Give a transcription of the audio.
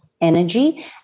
energy